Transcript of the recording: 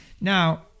Now